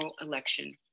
election